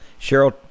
Cheryl